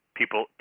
people